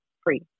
free